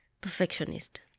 perfectionist